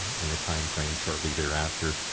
in a time frame shortly thereafter.